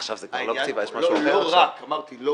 עכשיו כבר לא קציבה, יש משהו אחר עכשיו?